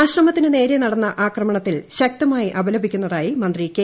ആശ്രമത്തിനുനേരെ നടന്ന ആക്രമണത്തിൽ ശക്തമായി അപലപിക്കുന്നതായി മന്ത്രി കെ